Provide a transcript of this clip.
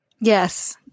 Yes